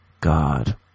God